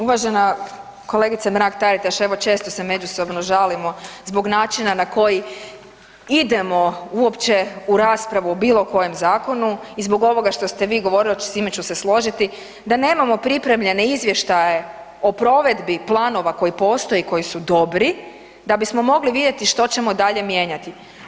Uvažena kolegice Mrak Taritaš, evo često se međusobno žalimo zbog načina na koji idemo uopće u raspravu o bilo kojem zakonu i zbog ovoga što ste vi govorili, a s time ću se složiti, da nemamo pripremljene izvještaje o provedbi planova koji postoje i koji su dobri da bismo mogli vidjeti što ćemo dalje mijenjati.